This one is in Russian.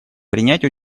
принять